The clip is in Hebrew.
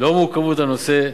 לאור מורכבות הנושא,